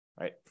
right